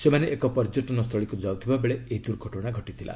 ସେମାନେ ଏକ ପର୍ଯ୍ୟଟନ ସ୍ଥଳୀକୁ ଯାଉଥିବା ବେଳେ ଏହି ଦୁର୍ଘଟଣା ଘଟିଥିଲା